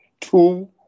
Two